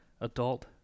Adult